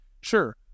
sure